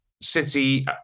City